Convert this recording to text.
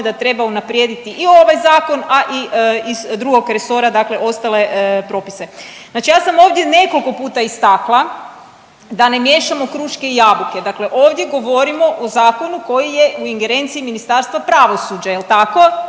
da treba unaprijediti i u ovaj zakon, a i iz drugog resora, dakle ostale propise. Znači ja sam ovdje nekoliko puta istakla da miješamo kruške i jabuke. Dakle ovdje govorimo o zakonu koji je u ingerenciji Ministarstva pravosuđa. Jel' tako?